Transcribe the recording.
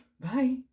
Bye